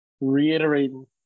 reiterating